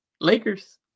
Lakers